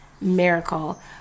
Miracle